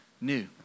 new